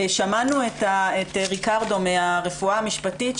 שמענו את ריקרדו מהרפואה המשפטית.